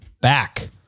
back